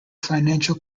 financial